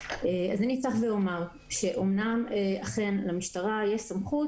אפתח ואומר שאומנם אכן למשטרה יש סמכות